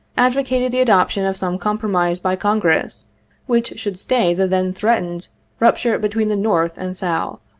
advocated the adoption of some compromise by congress which should stay the then threatened rupture between the north and south.